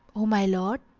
o my lord,